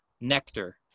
nectar